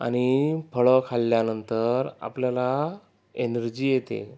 आणि फळं खाल्ल्यानंतर आपल्याला एनर्जी येते